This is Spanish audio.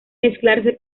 mezclarse